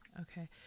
Okay